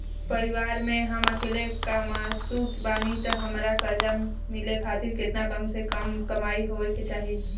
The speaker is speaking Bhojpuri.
परिवार में हम अकेले कमासुत बानी त हमरा कर्जा मिले खातिर केतना कम से कम कमाई होए के चाही?